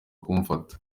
kumfata